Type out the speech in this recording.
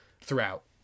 throughout